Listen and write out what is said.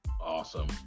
Awesome